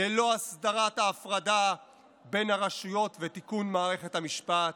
ללא הסדרת ההפרדה בין הרשויות ותיקון מערכת המשפט,